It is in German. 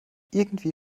irgendwie